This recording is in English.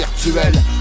virtuel